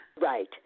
Right